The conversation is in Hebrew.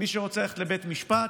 מי שרוצה ללכת לבית משפט,